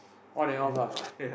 on and off lah